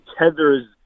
tethers